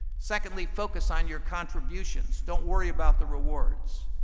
secondly, focus on your contributions, don't worry about the rewards.